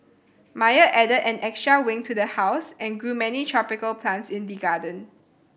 Meyer added an extra wing to the house and grew many tropical plants in the garden